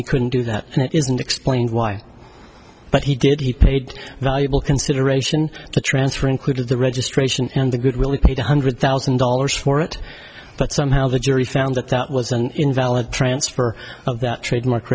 he couldn't do that and it isn't explained why but he did he paid the able consideration to transfer included the registration and the good will be paid one hundred thousand dollars for it but somehow the jury found that that was an invalid transfer of that trademark